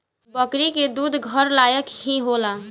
बकरी के दूध घर लायक ही होला